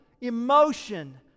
emotion